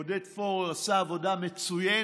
עודד פורר עשה עבודה מצוינת